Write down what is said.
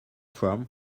from